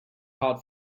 hot